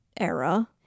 era